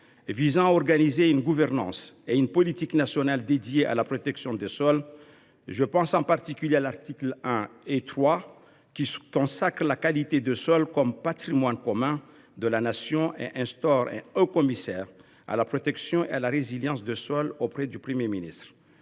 visant à organiser une gouvernance et une politique nationale dédiées à la protection des sols. Je pense en particulier aux articles 1 et 3, qui consacrent la qualité des sols comme patrimoine commun de la Nation et instaurent un haut commissaire à la protection et à la résilience des sols auprès du Premier ministre.